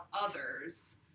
others